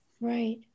Right